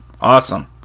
awesome